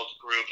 group